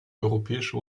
europäische